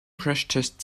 crashtest